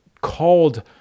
called